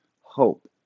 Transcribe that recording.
hope